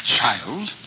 child